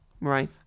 Right